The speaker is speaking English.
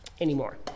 anymore